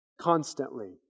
Constantly